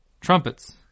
trumpets